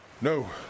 No